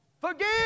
Forgive